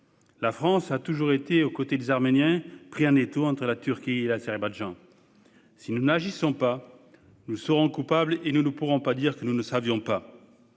La France a toujours été aux côtés des Arméniens, pris en étau entre la Turquie et l'Azerbaïdjan. Si nous n'agissons pas, nous serons coupables et nous ne pourrons pas dire que nous ne savions pas.